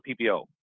PPO